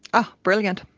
oh brilliant,